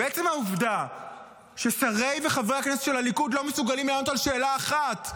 ועצם העובדה ששרי וחברי הכנסת של הליכוד לא מסוגלים לענות על שאלה אחת,